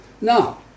Now